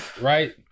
Right